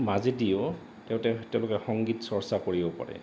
মাজেদিও তেওঁতে তেওঁলোকে সংগীত চৰ্চা কৰিব পাৰে